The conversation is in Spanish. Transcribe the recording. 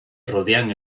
rodean